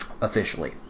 officially